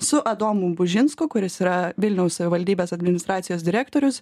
su adomu bužinsku kuris yra vilniaus savivaldybės administracijos direktorius